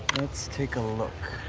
let's take a look.